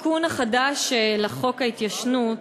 התיקון החדש לחוק ההתיישנות,